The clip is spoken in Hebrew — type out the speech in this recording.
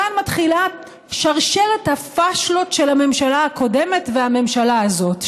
כאן מתחילה שרשרת הפשלות של הממשלה הקודמת והממשלה הזאת,